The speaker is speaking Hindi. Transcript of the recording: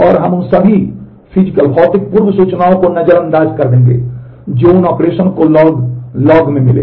और हम उन सभी भौतिक पूर्व सूचनाओं को नजरअंदाज कर देंगे जो उस ऑपरेशन को लॉग लॉग में मिलेंगी